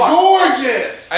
gorgeous